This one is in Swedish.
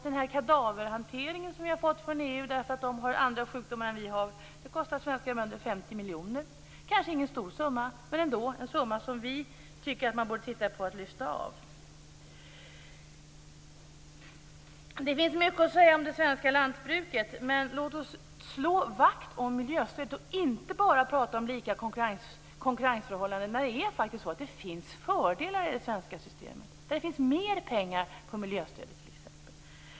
Den kadaverhantering som vi har fått från EU därför att de har andra sjukdomar än vi har kostar svenska bönder 50 miljoner. Det kanske inte är någon stor summa, men det är ändå en summa som vi tycker att man borde titta på och lyfta av. Det finns mycket att säga om det svenska lantbruket. Låt oss slå vakt om miljöstödet och inte bara prata om lika konkurrensförhållanden när det faktiskt finns fördelar i det svenska systemet. Det finns t.ex. mer pengar när det gäller miljöstöd.